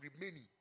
remaining